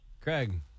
Craig